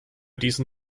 diesen